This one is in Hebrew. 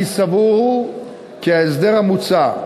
אני סבור כי ההסדר המוצע,